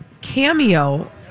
cameo